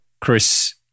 Chris